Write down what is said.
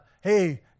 Hey